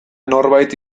norbait